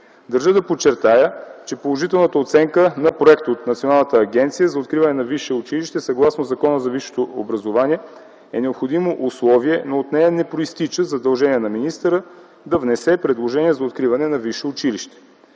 Държа да подчертая, че положителната оценка на проекта от Националната агенция за откриване на висше училище, съгласно Закона за висшето образование е необходимо условие, но от нея не произтича задължение на министъра да внесе предложение за откриване на висши училища.